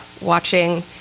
watching